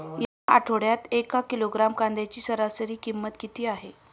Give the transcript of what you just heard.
या आठवड्यात एक किलोग्रॅम कांद्याची सरासरी किंमत किती आहे?